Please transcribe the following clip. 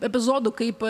epizodų kaip